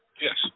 yes